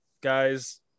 guys